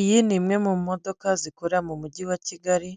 Iyi ni imwe mu modoka zikorera mu mujyi wa Kigali